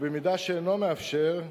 ובמידה שאינו מאפשר.